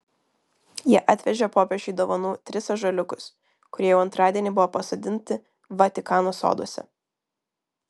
jie atvežė popiežiui dovanų tris ąžuoliukus kurie jau antradienį buvo pasodinti vatikano soduose